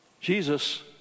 Jesus